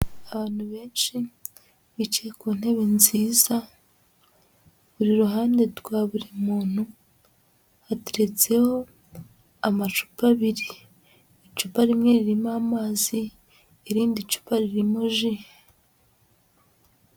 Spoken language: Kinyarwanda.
Abantu benshi bicaye ku ntebe nziza, buri ruhande rwa buri muntu hateretseho amacupa abiri, icupa rimwe ririmo amazi, irindi cupa ririmo ji.